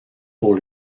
pour